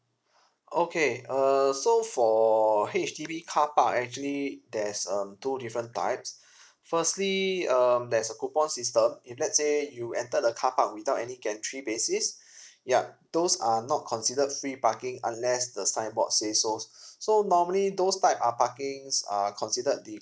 okay err so for H_D_B car park actually there's um two different types firstly um there's a coupon system if let's say you enter the car park without any guarantee basis yup those are not considered free parking unless the signboard says so so normally those type of parkings are considered the